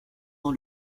dans